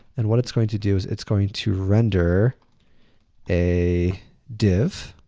and what it's going to do is it's going to render a div.